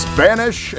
Spanish